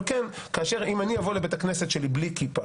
אם אני אבוא לבית הכנסת שלי בלי כיפה,